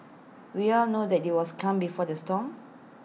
we all know that IT was calm before the storm